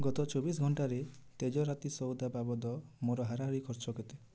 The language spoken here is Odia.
ଗତ ଚବିଶ ଘଣ୍ଟାରେ ତେଜରାତି ସଉଦା ବାବଦ ମୋର ହାରାହାରି ଖର୍ଚ୍ଚ କେତେ